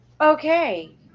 okay